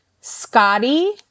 Scotty